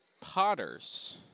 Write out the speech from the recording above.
Potters